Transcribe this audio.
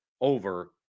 over